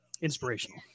inspirational